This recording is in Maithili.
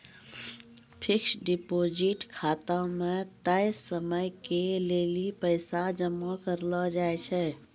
फिक्स्ड डिपॉजिट खाता मे तय समयो के लेली पैसा जमा करलो जाय छै